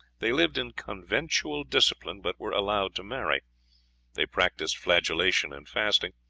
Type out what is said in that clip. they lived in conventual discipline, but were allowed to marry they practised flagellation and fasting,